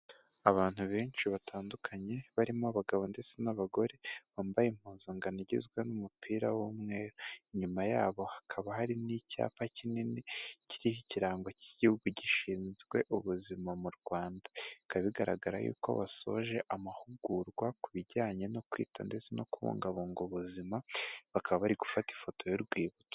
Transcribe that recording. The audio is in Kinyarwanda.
Abantu benshi batandukanye barimo abagabo ndetse n'abagore bambaye impuzankano igizwe n'umupira w'umweru inyuma yabo hakaba hari n'icyapa kinini kiriho ikirango cy'igihugu gishinzwe ubuzima mu rwanda bikaba bigaragara yuko basoje amahugurwa ku bijyanye no kwita ndetse no kubungabunga ubuzima bakaba bari gufata ifoto y'urwibutso.